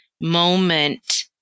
moment